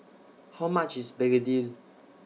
How much IS Begedil